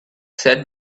said